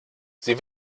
sie